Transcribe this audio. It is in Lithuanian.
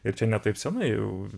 ir čia ne taip senai jau